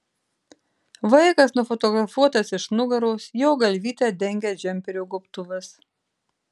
vaikas nufotografuotas iš nugaros jo galvytę dengia džemperio gobtuvas